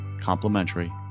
complimentary